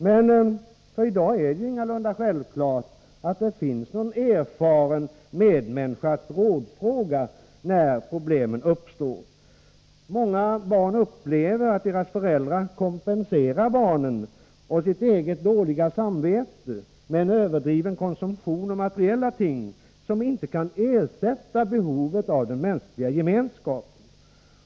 Men i dag är det ingalunda självklart att det finns någon erfaren medmänniska att rådfråga när problemen uppstår. Många barn upplever att deras föräldrar kompenserar barnen och sitt eget dåliga samvete med en överdriven konsumtion av materiella ting, som inte kan ersätta behovet av den mänskliga gemenskapen.